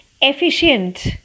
efficient